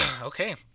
Okay